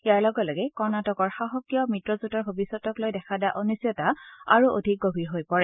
ইয়াৰ লগে লগে কৰ্ণটিকৰ শাসকীয় মিত্ৰজোটৰ ভৱিষ্যতক লৈ দেখা দিয়া অনিশ্চয়তা আৰু অধিক গভীৰ হৈ পৰে